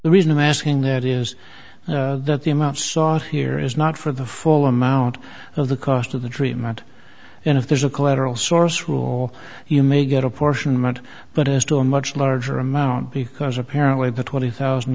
the reason i'm asking that is that the amount sought here is not for the full amount of the cost of the treatment and if there's a collateral source rule you may get apportionment but as to a much larger amount because apparently the twenty thousand